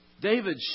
David